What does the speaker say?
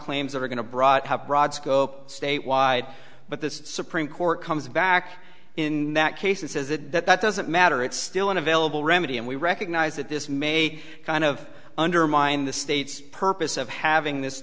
claims that are going to broad have broad scope statewide but the supreme court comes back in that case and says that that doesn't matter it's still unavailable remedy and we recognize that this may kind of undermine the state's purpose of having this